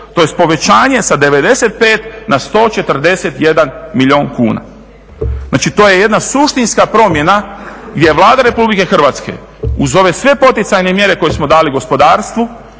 tj. povećanje sa 95 na 141 milijun kuna. Znači to je jedna suštinska promjena gdje je Vlada Republike Hrvatske uz ove sve poticajne mjere koje smo dali gospodarstvu